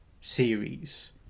series